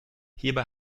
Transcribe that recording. hierbei